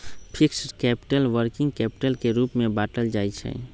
fixed capital, working capital के रूप में बाटल जाइ छइ